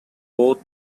both